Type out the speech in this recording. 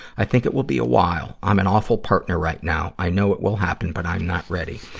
i think it will be a while i'm an awful partner right now. i know it will happen, but i'm not ready.